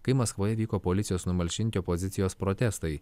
kai maskvoje vyko policijos numalšinti opozicijos protestai